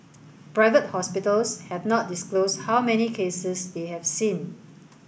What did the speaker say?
private hospitals have not disclosed how many cases they have seen